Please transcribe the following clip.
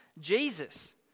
Jesus